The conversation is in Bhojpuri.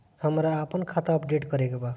हमरा आपन खाता अपडेट करे के बा